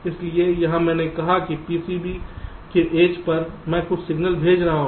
इसलिए यहां मैंने कहा कि PCB के एज पर मैं कुछ सिग्नल भेज रहा हूं